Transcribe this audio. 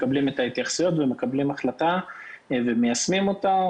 מקבלים את ההתייחסויות ומקבלים החלטה ומיישמים אותה,